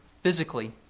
physically